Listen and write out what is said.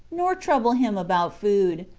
nor trouble him about food,